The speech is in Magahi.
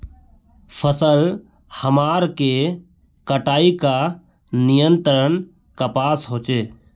फसल हमार के कटाई का नियंत्रण कपास होचे?